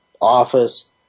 office